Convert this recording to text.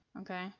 okay